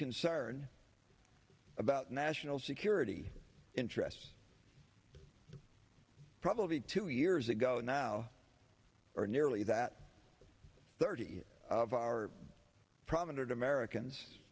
concern about national security interests probably two years ago now or nearly that thirty of our prominent americans